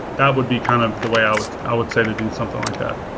that would be kind of the way i would i would say to do something like that.